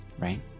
right